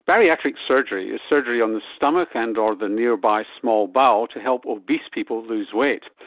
bariatric surgery is surgery on the stomach and or the nearby small-bowel to help obese people lose weight.